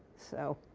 so